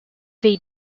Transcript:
they